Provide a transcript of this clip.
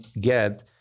get